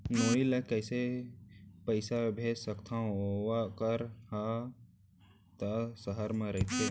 नोनी ल कइसे पइसा भेज सकथव वोकर हा त सहर म रइथे?